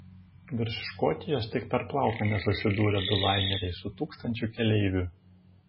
virš škotijos tik per plauką nesusidūrė du laineriai su tūkstančiu keleivių